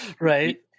right